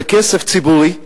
בכסף ציבורי,